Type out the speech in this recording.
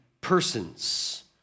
persons